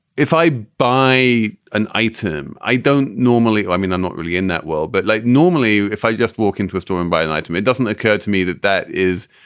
if i buy an item, i don't normally i mean, i'm not really in that world. but like, normally, if i just walk into a store and buy an item, it doesn't occur to me that that is